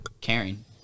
caring